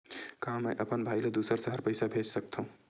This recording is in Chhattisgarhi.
का मैं अपन भाई ल दुसर शहर पईसा भेज सकथव?